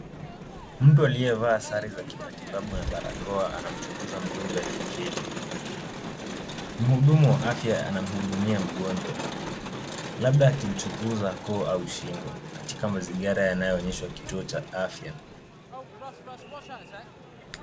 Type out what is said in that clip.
Mtu aliyevaa sare za kimatibabu na barakoa anamchunguza mgonjwa aliyeketi. Mhudumu wa afya anamhudumia mgonjwa, labda akimchunguza koo au shingo, katika mazingira yanayoonyeshwa kituo cha afya.